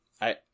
I-